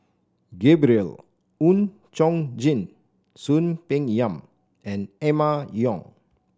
Gabriel Oon Chong Jin Soon Peng Yam and Emma Yong